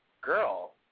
Girl